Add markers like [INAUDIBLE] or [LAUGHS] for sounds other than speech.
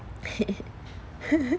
[LAUGHS]